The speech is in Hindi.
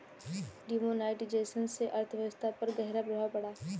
डिमोनेटाइजेशन से अर्थव्यवस्था पर ग़हरा प्रभाव पड़ा